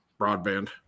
broadband